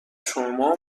شما